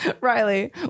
Riley